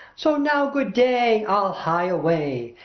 so now good day i'll hie away!